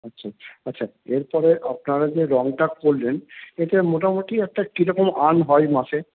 আচ্ছা আচ্ছা এরপরে আপনারা যে রঙটা করলেন এতে মোটামোটি একটা কীরকম আর্ন হয় মাসে